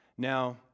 Now